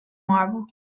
marble